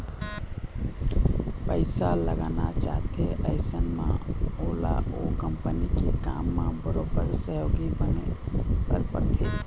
पइसा लगाना चाहथे अइसन म ओला ओ कंपनी के काम म बरोबर सहयोगी बने बर परथे